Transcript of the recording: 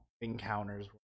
encounters